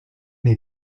they